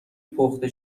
پخته